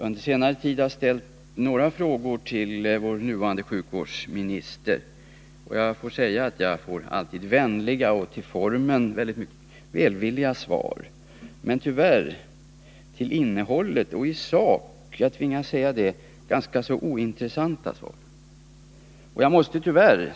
Under senare tid har jag ställt några frågor till vår nuvarande sjukvårdsminister, och jag kan säga att jag alltid får vänliga och till formen mycket välvilliga svar. Men till innehållet och i sak — jag tvingas säga det — är de ganska ointressanta.